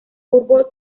fútbol